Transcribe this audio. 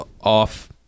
off